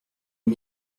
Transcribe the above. aux